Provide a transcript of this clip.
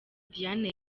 diane